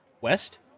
west